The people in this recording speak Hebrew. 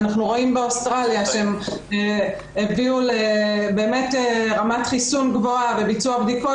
אנחנו רואים באוסטרליה שהם הביאו לרמת חיסון גבוהה ולביצוע בדיקות,